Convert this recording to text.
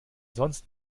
sonst